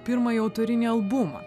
pirmąjį autorinį albumą